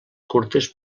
curtes